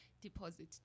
Deposit